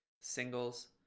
singles